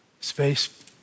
Space